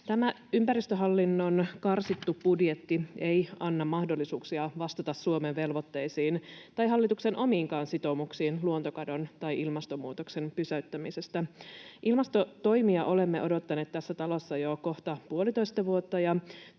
Tämä ympäristöhallinnon karsittu budjetti ei anna mahdollisuuksia vastata Suomen velvoitteisiin tai hallituksen omiinkaan sitoumuksiin luontokadon tai ilmastonmuutoksen pysäyttämisestä. Ilmastotoimia olemme odottaneet tässä talossa jo kohta puolitoista vuotta,